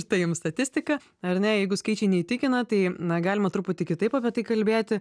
štai jums statistika ar ne jeigu skaičiai neįtikina tai na galima truputį kitaip apie tai kalbėti